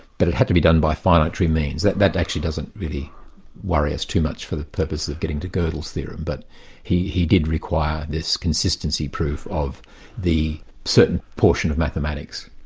but it had to be done by finatory means. that that actually doesn't really worry us too much for the purpose of getting to godel's theorem, but he he did require this consistency proof of the certain portion of mathematics.